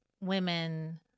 women